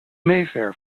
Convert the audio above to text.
mayfair